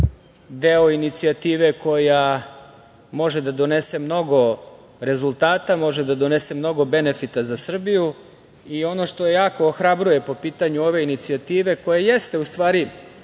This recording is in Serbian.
je inicijative koja može da donese mnogo rezultata, može da donese mnogo benefita za Srbiju. Ono što jako ohrabruje po pitanju ove inicijative, koja jeste u stvari